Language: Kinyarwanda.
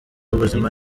w’ubuzima